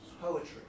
poetry